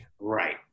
Right